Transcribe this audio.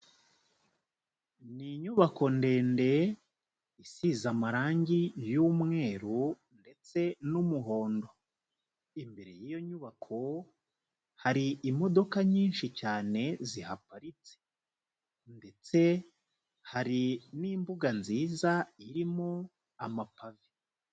Ni inyubako ndende isize amarangi y'umweru ndetse n'umuhondo. Imbere y'iyo nyubako hari imodoka nyinshi cyane zihaparitse ndetse hari n'imbuga nziza irimo amapave.